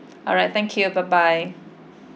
alright thank you bye bye